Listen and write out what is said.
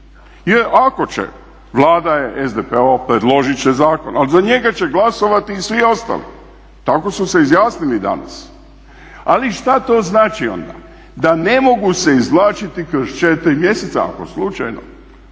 jer ako će Vlada je SDP-ova predložit će zakon, ali za njega će glasovati i svi ostali, tako su se izjasnili danas. Ali što to znači onda? Da ne mogu se izvlačiti kroz 4 mjeseca ako slučajno